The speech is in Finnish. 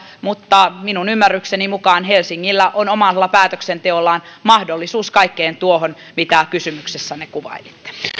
mutta minun ymmärrykseni mukaan helsingillä on omalla päätöksenteollaan mahdollisuus kaikkeen tuohon mitä kysymyksessänne kuvailitte